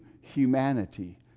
humanity